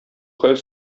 хәл